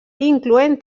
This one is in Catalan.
incloent